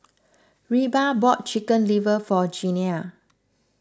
Reba bought Chicken Liver for Janiah